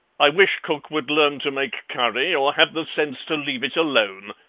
i wish cook would learn to make curry, or have the sense to leave it alone,